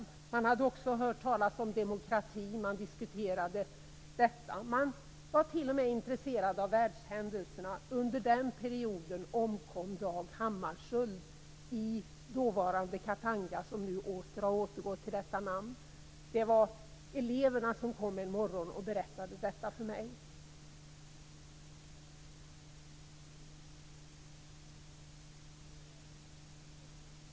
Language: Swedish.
Man hade också hört talas om demokrati och diskuterade detta. Man var t.o.m. intresserad av världshändelserna. Under den perioden omkom Dag Hammarskjöld i dåvarande Katanga, som nu har återgått till detta namn. Det var eleverna som kom en morgon och berättade detta för mig.